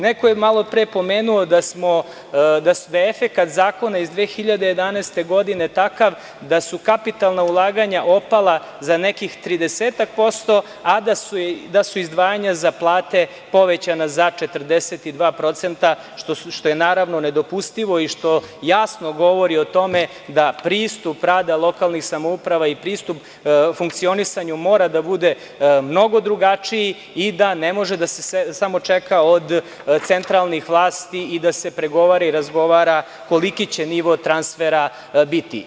Neko je malopre pomenuo da je efekat zakona iz 2011. godine takav da su kapitalna ulaganja opala za nekih 30%, a da su izdvajanja za plate povećana za 42%, što je nedopustivo i što jasno govori o tome da pristup rada lokalnih samouprava i pristup funkcionisanju mora da bude mnogo drugačiji i da ne može da se samo čeka od centralnih vlasti i da se pregovara i razgovara koliki će nivo transfera biti.